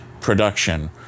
production